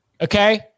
Okay